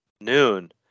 Noon